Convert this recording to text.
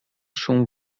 szum